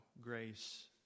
grace